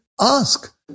ask